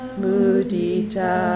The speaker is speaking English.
mudita